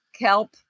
kelp